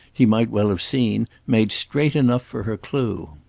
he might well have seen, made straight enough for her clue.